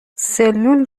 سلول